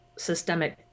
systemic